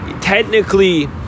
Technically